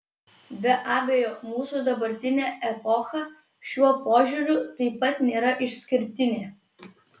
be abejo mūsų dabartinė epocha šiuo požiūriu taip pat nėra išskirtinė